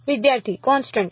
વિદ્યાર્થી કોન્સટન્ટ